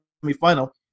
semi-final